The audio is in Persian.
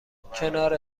کنار